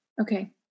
Okay